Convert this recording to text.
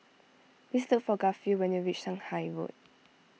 please look for Garfield when you reach Shanghai Road